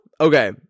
Okay